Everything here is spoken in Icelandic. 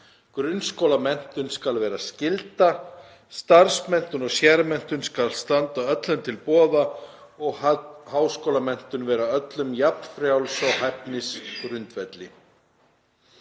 Grunnskólamenntun skal vera skylda. Starfsmenntun og sérmenntun skal standa öllum til boða og háskólamenntun vera öllum jafn frjáls á hæfnisgrundvelli.“